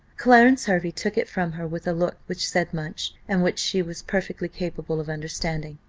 clarence hervey took it from her with a look which said much, and which she was perfectly capable of understanding.